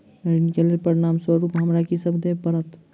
ऋण केँ लेल प्रमाण स्वरूप हमरा की सब देब पड़तय?